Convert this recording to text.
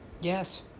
Yes